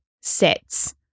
sets